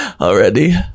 already